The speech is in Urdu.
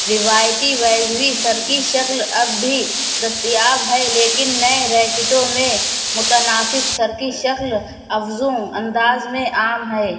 روایتی بیضوی سر کی شکل اب بھی دستیاب ہے لیکن نئے ریکیٹوں میں متناسب سر کی شکل افزوں انداز میں عام ہے